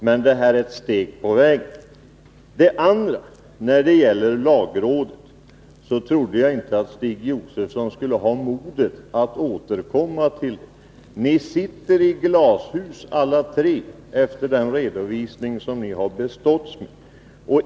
Men detta är ett steg på vägen. När det gäller lagrådet trodde jag inte att Stig Josefson skulle ha modet att återkomma. Ni sitter i glashus alla tre efter den redovisning som ni har beståtts med.